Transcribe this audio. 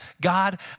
God